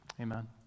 amen